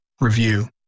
review